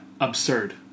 absurd